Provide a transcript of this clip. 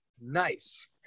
Nice